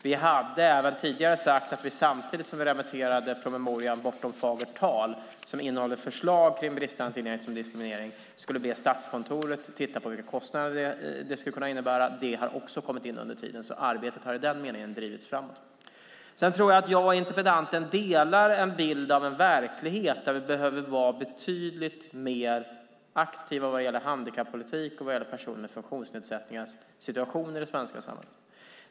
Vi hade redan tidigare sagt att vi samtidigt som vi remitterade promemorian Bortom fagert tal - om bristande tillgänglighet som diskriminering skulle be Statskontoret att titta på vilka kostnader som det skulle kunna innebära. Det har också kommit in under tiden. Arbetet har i den meningen drivits framåt. Jag och interpellanten delar en bild av en verklighet där vi behöver vara betydligt mer aktiva vad gäller handikappolitik och situationen för personer med funktionsnedsättningar i det svenska samhället.